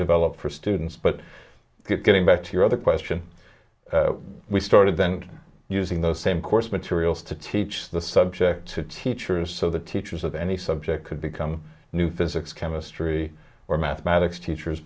developed for students but getting back to your other question we started then using those same course materials to teach the subject to teachers so the teachers of any subject could become new physics chemistry or mathematics teachers